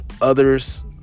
others